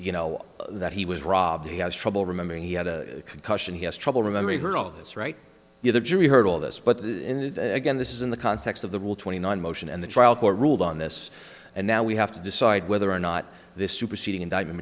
you know that he was robbed he has trouble remembering he had a concussion he has trouble remembering her all of this right here the jury heard all of this but again this is in the context of the rule twenty nine motion and the trial court ruled on this and now we have to decide whether or not this superseding indictment